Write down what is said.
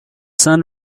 sun